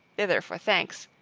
thither for thanks,